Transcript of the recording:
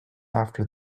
after